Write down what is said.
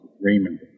Raymond